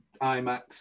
IMAX